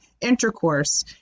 intercourse